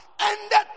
ended